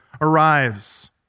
arrives